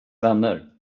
vänner